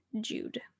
Jude